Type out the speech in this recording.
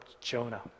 Jonah